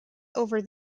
over